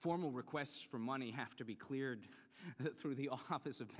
formal requests for money have to be cleared through the hospice of